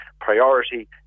priority